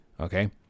Okay